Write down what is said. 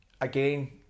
again